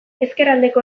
ezkerraldeko